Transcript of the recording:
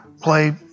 play